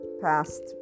past